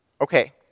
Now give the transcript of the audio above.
Okay